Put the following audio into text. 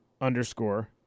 underscore